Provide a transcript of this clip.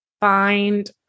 find